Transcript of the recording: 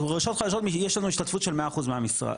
רשויות חלשות יש לנו השתתפות של 100% מהממשלה.